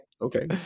Okay